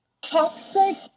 toxic